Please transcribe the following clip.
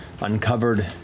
uncovered